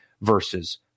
versus